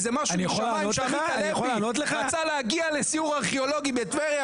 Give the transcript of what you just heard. איזה משהו משמים שעמית הלוי רצה להגיע לסיור ארכיאולוגי בטבריה